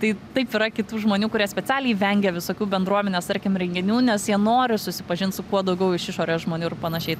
tai taip yra kitų žmonių kurie specialiai vengia visokių bendruomenės tarkim renginių nes jie nori susipažint su kuo daugiau iš išorės žmonių ir panašiai